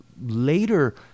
later